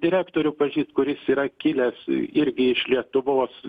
direktorių pažįst kuris yra kilęs irgi iš lietuvos